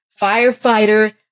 firefighter